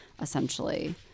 essentially